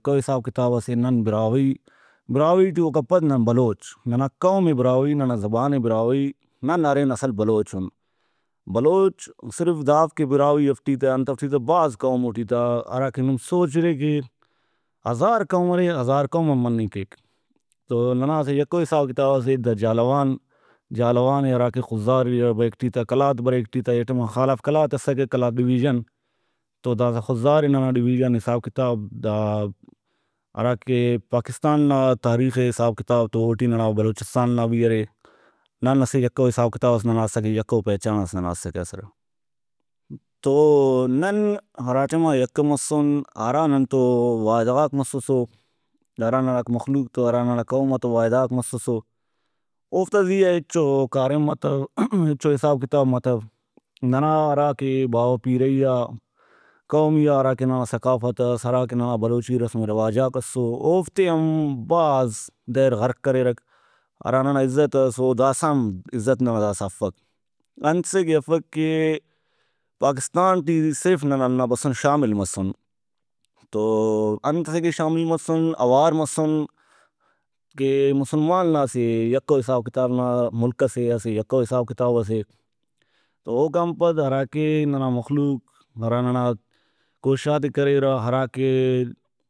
یکہ او حساب کتابسے نن براہوئی براہوئی ٹی اوکا پد نن بلوچ ننا قومے براہوئی ننا زبانے براہوئی نن ارین اصل بلوچ اُن بلوچ صرف دا اف کہ براہوئی اف ٹی تہ انت اف ٹی تہ بھاز قومو ٹی تہ ہراکہ نم سوچرے کہ ہزار قوم ارے ہزار قوم ہم مننگ کیک۔ تو ننا اسہ یکہ او حساب کتاب سے دا جہلاوان جہلاوانے ہراکہ خضدار ایریا بریک ٹی تہ قلات بریک ٹی تہ اے ٹائما خان آف قلات اسکہ قلات ڈویژن تو داسہ خضدارے ننا ڈویژن حساب کتاب دا ہراکہ پاکستان نا تاریخے حساب کتاب تو اوٹی ننا بلوچستان نا بھی ارے نن اسہ یکہ او حسابس ئس ننا اسکہ یکہ او پہچانس ننا اسکہ اصل۔ تو نن ہراٹائما یکہ مسُن ہرا ننتو وعدہ غاک مسسو ہرا ننا مخلوق تو ہرا ننا قوم تو وعدہ غاک مسسو اوفتا زیہا ہچو کاریم متوہچو حساب کتاب متو ننا ہراکہ باوہ پیرئیا قومیئا ہراکہ ننا ثقافت اس ہراکہ ننا بلوچی رسم ؤ رواجاک اسو اوفتے ہم بھاز دریر غرک کریرک ہراننا عزت اس او داسہ ہم عزت نا داسہ افک ۔انت سے کہ افک کہ پاکستان ٹی صرف نن ہنا بسُن شامل مسُن تو انت سے کہ شامل مسُن اوار مسُن کہ مسلمان نا اسہ یکہ او حساب کتاب نا مُلک سے اسہ یکہ او حساب کتاب سے تو اوکان پد ہراکہ ننا مخلوق ہرا ننا کوششاتے کریرہ ہراکہ